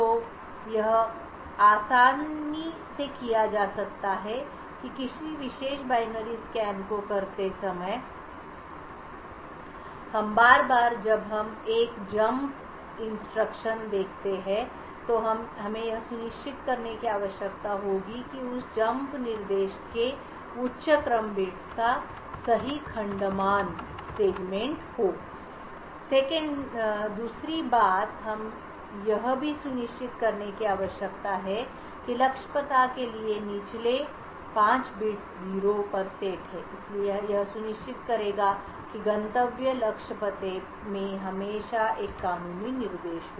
तो यह आसानी से किया जा सकता है या किसी विशेष बाइनरी को स्कैन करते समय हर बार जब हम एक कूदने का निर्देशदेखते हैं तो हमें यह सुनिश्चित करने की आवश्यकता होगी कि उस कूदने वालेअनुदेश के उच्च क्रम बिट्स का सही खंड मान हो दूसरी बात हमें यह भी सुनिश्चित करने की आवश्यकता है कि लक्ष्य पता के लिए निचले 5 बिट्स 0 पर सेट हैं इसलिए यह सुनिश्चित करेगा कि गंतव्य लक्ष्य पते में हमेशा एक कानूनी निर्देश हो